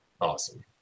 awesome